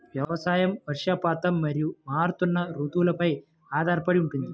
వ్యవసాయం వర్షపాతం మరియు మారుతున్న రుతువులపై ఆధారపడి ఉంటుంది